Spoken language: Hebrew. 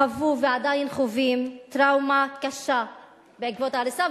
חוו ועדיין חווים טראומה קשה בעקבות ההריסה,